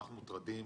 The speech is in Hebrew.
אנחנו מוטרדים